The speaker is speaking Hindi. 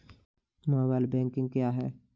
मोबाइल बैंकिंग क्या है?